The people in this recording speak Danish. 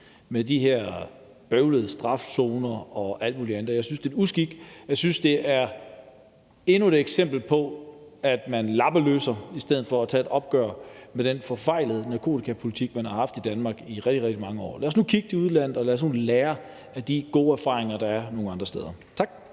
med de her bøvlede strafzoner og alt muligt andet. Jeg synes, det er en uskik, og jeg synes, det er endnu et eksempel på, at man lappeløser i stedet for at tage et opgør med den forfejlede narkotikapolitik, man har haft i Danmark i rigtig, rigtig mange år. Lad os nu kigge til udlandet og lære af de gode erfaringer, der er andre steder. Tak.